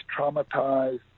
traumatized